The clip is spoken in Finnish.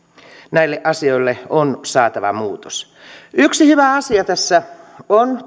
näille asioille on saatava muutos yksi hyvä asia tässä on